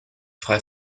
frei